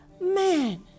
man